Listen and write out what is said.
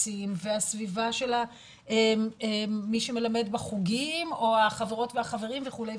ובסביבה של מי שמלמד בחוגים או החברות והחברים וכו'.